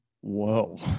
Whoa